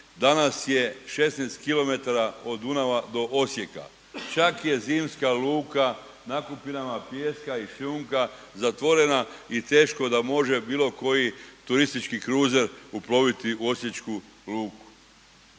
danas je 16 km od Dunava do Osijeka, čak je zimska luka nakupinama pijeska i šljunka zatvorena i teško da može bilo koji turistički kruzer uploviti u Osječku luku.